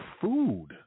food